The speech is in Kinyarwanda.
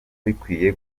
bikwiye